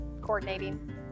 Coordinating